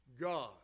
God